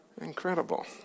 Incredible